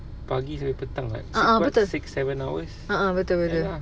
pagi sampai petang what six seven hours ya lah